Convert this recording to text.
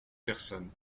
personnes